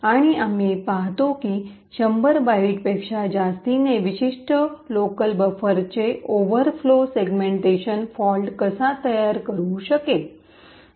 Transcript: आणि आम्ही पाहतो की 100 बाईटपेक्षा जास्तने विशिष्ट लोकल बफरचे ओव्हरफ्लो सेगमेंटेशन फॉल्ट कसा तयार करू शकेल